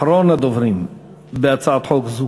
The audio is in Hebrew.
אחרון הדוברים בהצעת חוק זו.